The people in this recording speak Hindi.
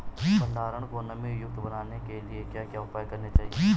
भंडारण को नमी युक्त बनाने के लिए क्या क्या उपाय करने चाहिए?